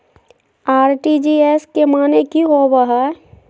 RTGS के माने की होबो है?